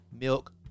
milk